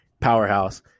powerhouse